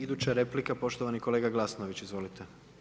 Iduća replika, poštovani kolega Glasnović, izvolite.